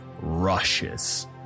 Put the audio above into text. rushes